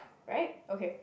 right okay